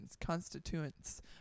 constituents